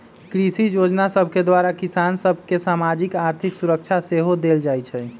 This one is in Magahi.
कृषि जोजना सभके द्वारा किसान सभ के सामाजिक, आर्थिक सुरक्षा सेहो देल जाइ छइ